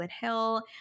Hill